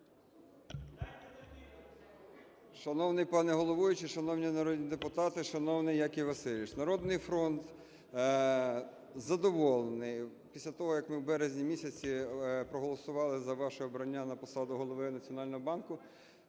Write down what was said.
Шановний пане головуючий, шановні народні депутати, шановний Яків Васильович! "Народний фронт" задоволений. Після того, як ми у березні місяці проголосували за ваше обрання на посаду Голови Національного банку,